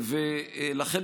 לכן,